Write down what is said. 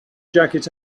jacket